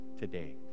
today